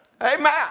Amen